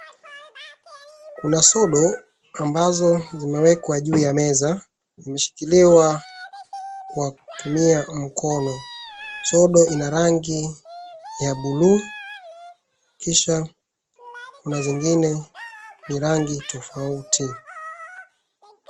Kuna sodo ambazo zimewekwa juu ya meza, zimeshikiliwa kwa kutumia mkono. Sodo ina rangi ya buluu, kisha kuna zingine ni rangi tofauti.